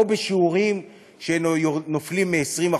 או בשיעורים שנופלים מ-20%,